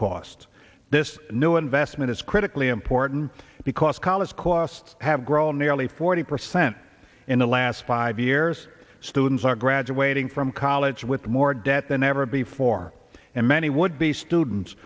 cost this new investment is critically important because college costs have grown nearly forty percent in the last five years students are graduating from college with more debt than ever before and many would be students